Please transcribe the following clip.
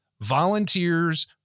Volunteers